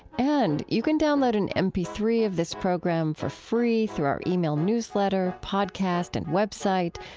and you can download an m p three of this program for free through our ah e-mail newsletter, podcast, and web site.